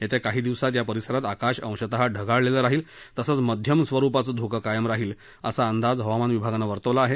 येत्या काही दिवसात या परिसरात आकाश अंशतः ढगाळलेलं राहील तसच मध्यम स्वरूपाचं धुकं कायम राहील असा अंदाज हवामान विभागानं वर्तवला आहे